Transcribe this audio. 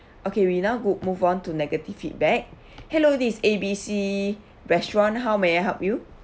okay we now go move on to negative feedback hello this is A_B_C restaurant how may I help you